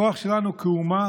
הכוח שלנו כאומה,